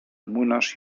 młynarz